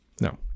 No